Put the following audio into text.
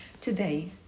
Today